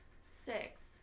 six